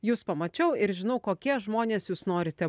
jus pamačiau ir žinau kokie žmonės jūs norite